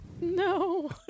No